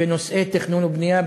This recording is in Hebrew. בנושאי תכנון ובנייה,